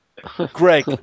Greg